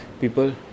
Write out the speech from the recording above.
people